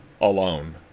alone